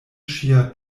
ŝia